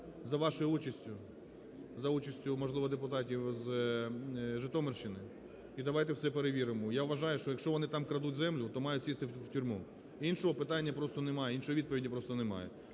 за вашою участю, за участю, можливо, депутатів з Житомирщини. І давайте все перевіримо. Я вважаю, що якщо вони там крадуть землю, то мають сісти у тюрму. Іншого питання просто немає, іншої відповіді просто немає.